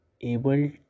able